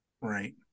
Right